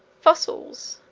fossils!